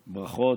ברכות.